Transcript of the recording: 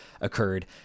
occurred